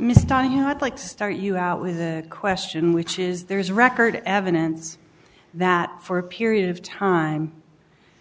mistah you know i'd like to start you out with a question which is there is record evidence that for a period of time